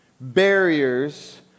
barriers